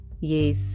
yes